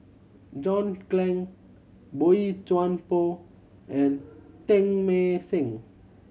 John Clang Boey Chuan Poh and Teng Mah Seng